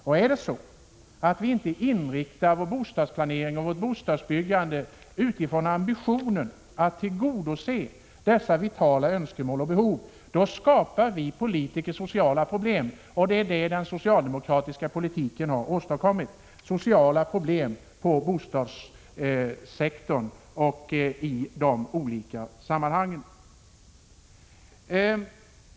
Om vi inte inriktar vår bostadsplanering och vårt bostadsbyggande utifrån ambitionen att tillgodose människornas vitala önskemål och behov, då skapar vi politiker sociala problem. Och det är det som den socialdemokratiska politiken har åstadkommit — sociala problem på bostadssektorn och i olika sammanhang.